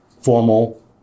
formal